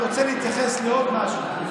אני רוצה להתייחס לעוד משהו,